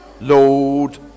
Lord